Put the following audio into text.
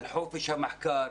על חופש המחקר,